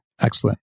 Excellent